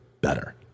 better